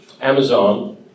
Amazon